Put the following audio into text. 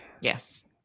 yes